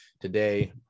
today